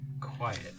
quiet